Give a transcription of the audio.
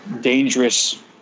dangerous